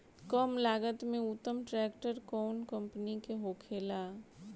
कम लागत में उत्तम ट्रैक्टर कउन कम्पनी के होखेला?